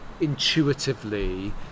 intuitively